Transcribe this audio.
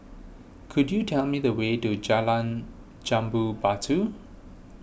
could you tell me the way to Jalan Jambu Batu